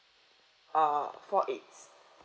uh four eight